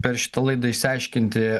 per šitą laidą išsiaiškinti